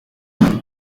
gen